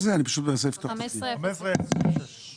כפי שתואר כאן.